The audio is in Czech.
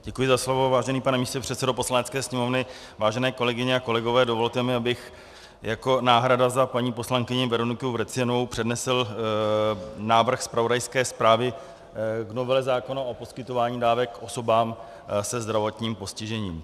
Děkuji za slovo, vážený pane místopředsedo Poslanecké sněmovny, vážené kolegyně a kolegové, dovolte mi, abych jako náhrada za paní poslankyni Veroniku Vrecionovou přednesl návrh zpravodajské zprávy k novele zákona o poskytování dávek osobám se zdravotním postižením.